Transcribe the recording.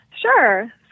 Sure